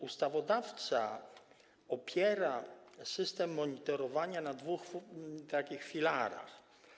Ustawodawca opiera system monitorowania na dwóch filarach.